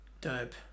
Dope